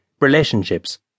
relationships